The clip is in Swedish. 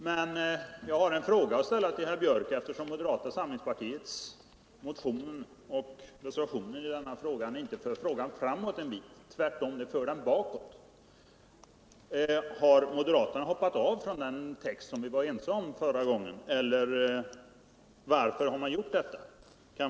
Men jag har en fråga att ställa till herr Björck, eftersom moderata samlingspartiets motion och reservation inte för denna fråga ett stycke framåt utan tvärtom för den bakåt: Har moderaterna hoppat av från den text vi var ense om förra gången eller varför har ni lagt fram detta förslag?